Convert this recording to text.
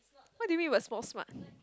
what do you mean by small smart